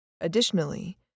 Additionally